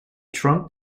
trunk